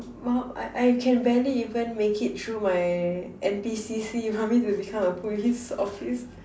mom I I can barely even make it through my N_P_C_C you want me to become a police officer